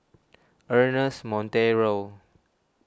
Ernest Monteiro